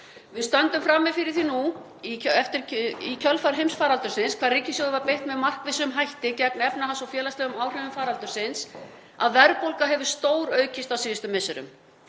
Við stöndum frammi fyrir því nú í kjölfar heimsfaraldursins, hvar ríkissjóði var beitt með markvissum hætti gegn efnahags- og félagslegum áhrifum faraldursins, að verðbólga hefur stóraukist á síðustu misserum.